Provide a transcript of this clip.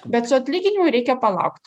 bet su atlyginimu reikia palaukt